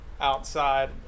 outside